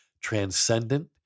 transcendent